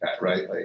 right